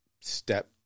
step